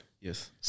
Yes